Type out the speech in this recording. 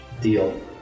Deal